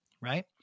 right